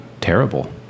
terrible